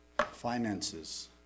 finances